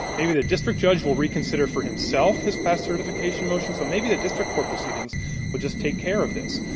maybe the district judge will reconsider for himself his class certification motions. and so maybe the district court proceedings will just take care of this.